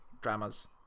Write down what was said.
dramas